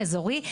אזורי,